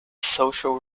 social